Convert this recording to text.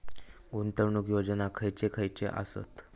गुंतवणूक योजना खयचे खयचे आसत?